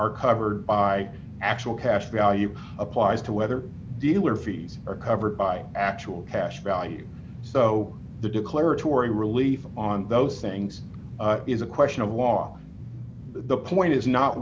are covered by actual cash value applied to whether dealer fees are covered by actual cash value so the declaratory relief on those things is a question of law the point is not